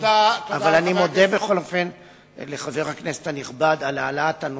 אבל אני מודה בכל אופן לחבר הכנסת הנכבד על העלאת הנושא,